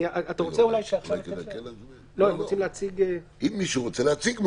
הם רוצים להציג --- אם מישהו רוצה להציג משהו.